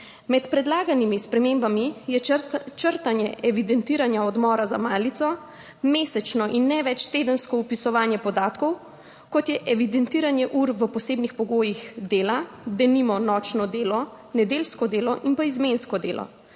Med predlaganimi spremembami je črtanje evidentiranja odmora za malico, mesečno in ne več tedensko vpisovanje podatkov, kot je evidentiranje ur v posebnih pogojih dela, denimo nočno delo, nedeljsko delo in izmensko delo.